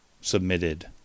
submitted